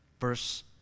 Verse